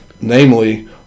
Namely